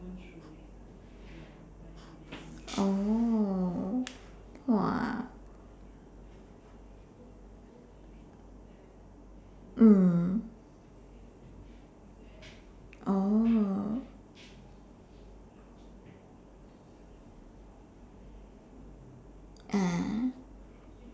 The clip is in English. oh !wah! mm oh ah